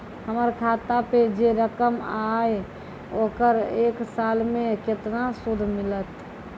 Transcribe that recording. हमर खाता पे जे रकम या ओकर एक साल मे केतना सूद मिलत?